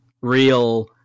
real